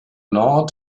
nord